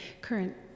current